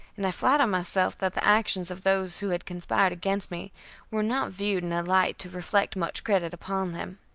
and i flatter myself that the actions of those who had conspired against me were not viewed in a light to reflect much credit upon them.